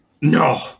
No